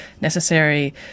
necessary